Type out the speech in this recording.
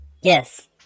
Yes